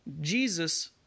Jesus